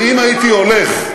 ואם הייתי הולך,